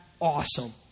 awesome